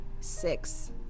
Six